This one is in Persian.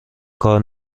کار